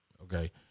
Okay